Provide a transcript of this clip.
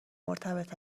مرتبط